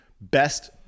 best